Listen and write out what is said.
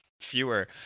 fewer